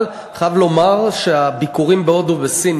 אבל אני חייב לומר שמהביקורים בהודו ובסין,